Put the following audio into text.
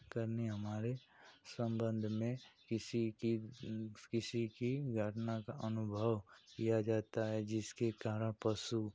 करनी हमारे संबंध में किसी की किसी की घटना का अनुभव किया जाता है जिसके कारण पशु